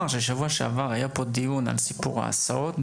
שבשבוע שעבר נערך פה דיון בנושא ההסעות,